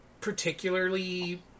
particularly